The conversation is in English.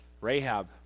Rahab